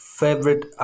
favorite